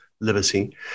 liberty